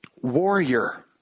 Warrior